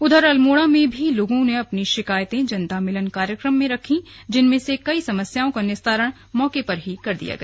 उधर अल्मोड़ा में भी लोगों ने अपनी शिकायतें जनता मिलन कार्यक्रम में रखी जिनमें से कई समस्याओं का निस्तारण मौके पर ही कर दिया गया